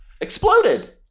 Exploded